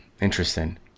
Interesting